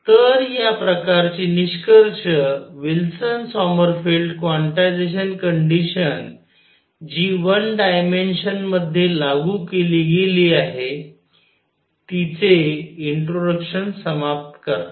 तर ह्या प्रकारचे निष्कर्ष विल्सन सॉमरफेल्ड क्वांटायझेशन कंडिशन जी वन डायमेन्शन मध्ये लागू केली गेली आहे तिचे इंट्रोडक्शन समाप्त करतात